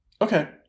Okay